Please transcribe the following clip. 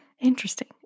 interesting